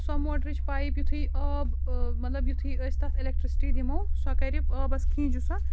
سۄ موٹرٕچ پایپ یُتھُے آب مطلب یُتھُے أسۍ تَتھ اِلٮ۪کٹِرٛکسِٹی دِمو سۄ کَرِ آبَس کھیٖنچہِ سۄ